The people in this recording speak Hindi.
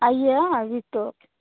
आइए हाँ अभी ते